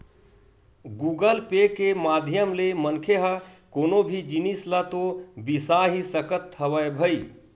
Google pay के माधियम ले मनखे ह कोनो भी जिनिस ल तो बिसा ही सकत हवय भई